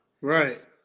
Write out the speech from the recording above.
Right